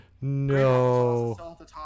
no